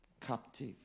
captive